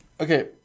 Okay